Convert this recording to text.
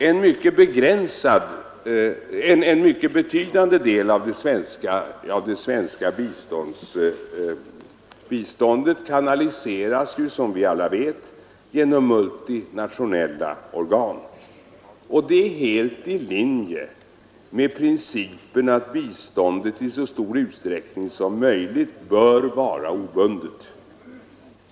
En mycket betydande del av det svenska biståndet kanaliseras, som vi alla vet, genom multinationella organ. Detta är helt i linje med principen att biståndet i så stor utsträckning som möjligt bör vara obundet.